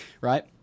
right